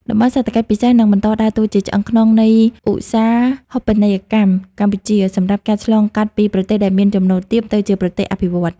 តំបន់សេដ្ឋកិច្ចពិសេស នឹងបន្តដើរតួជាឆ្អឹងខ្នងនៃឧស្សាហូបនីយកម្មកម្ពុជា សម្រាប់ការឆ្លងកាត់ពីប្រទេសដែលមានចំណូលទាប ទៅជាប្រទេសអភិវឌ្ឍន៍។